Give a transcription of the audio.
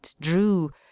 drew